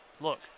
look